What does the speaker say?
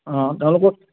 অঁ তেওঁলোকত